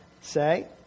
say